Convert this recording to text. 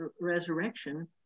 resurrection